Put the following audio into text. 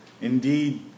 Indeed